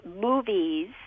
movies